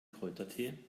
kräutertee